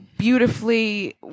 beautifully